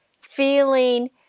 feeling